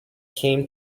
came